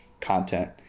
content